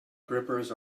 grippers